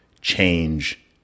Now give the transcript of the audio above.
change